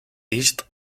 east